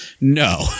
no